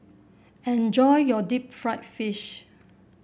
enjoy your Deep Fried Fish